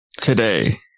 today